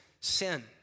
sin